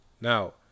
Now